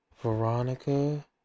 Veronica